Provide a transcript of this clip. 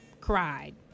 cried